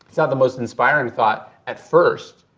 sort of the most inspiring thought at first,